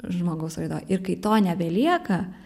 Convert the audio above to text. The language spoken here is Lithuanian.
žmogaus raidoj ir kai to nebelieka